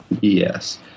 Yes